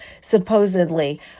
supposedly